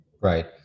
Right